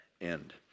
end